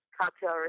cocktail